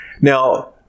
Now